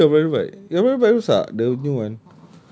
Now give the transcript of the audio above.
I haven't see your brother's bike your brother's bike rosak the new one